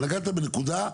אבל נגעת בנקודה,